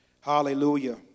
Hallelujah